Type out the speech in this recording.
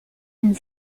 and